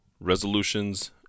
resolutions